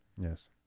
yes